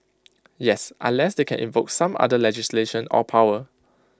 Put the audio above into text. yes unless they can invoke some other legislation or power